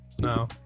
No